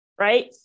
Right